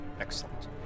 Excellent